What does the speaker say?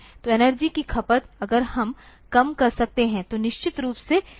तो एनर्जी की खपत अगर हम कम कर सकते हैं तो निश्चित रूप से यह सहायक है